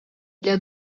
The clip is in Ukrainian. для